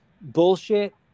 bullshit